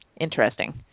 interesting